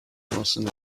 wilson